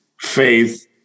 faith